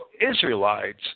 Israelites